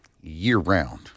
year-round